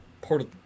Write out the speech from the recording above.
Portal